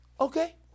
Okay